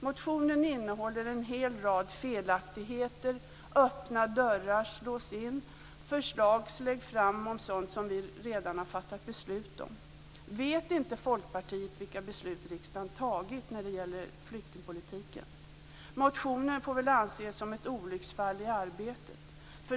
Motionen innehåller en hel rad felaktigheter, öppna dörrar slås in, förslag läggs fram om sådant som vi redan har fattat beslut om. Vet inte Folkpartiet vilka beslut riksdagen har fattat när det gäller flyktingpolitiken? Motionen får väl anses som ett olycksfall i arbetet.